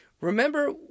Remember